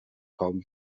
kaum